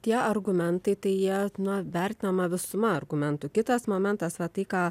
tie argumentai tai jie na vertinama visuma argumentų kitas momentas va tai ką